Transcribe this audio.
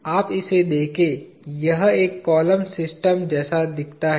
आप इसे देखें यह एक कॉलम सिस्टम जैसा दिखता है